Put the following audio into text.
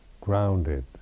grounded